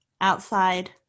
outside